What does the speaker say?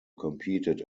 competed